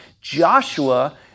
Joshua